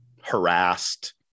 harassed